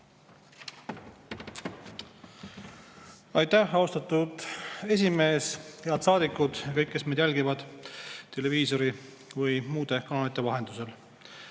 Aitäh, austatud esimees! Head saadikud! Kõik, kes te jälgite meid televiisori või muude kanalite vahendusel!